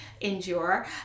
endure